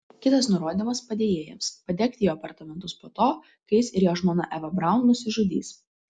kitas nurodymas padėjėjams padegti jo apartamentus po to kai jis ir jo žmona eva braun nusižudys